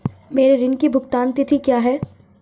मेरे ऋण की भुगतान तिथि क्या है?